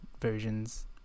versions